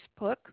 Facebook